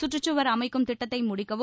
சுற்றுச்சுவர் அமைக்கும் திட்டத்தை முடிக்கவும்